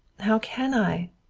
how can i?